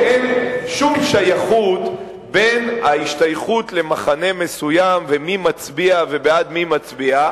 שאין שום שייכות בין ההשתייכות למחנה מסוים ומי מצביע ובעד מי מצביע,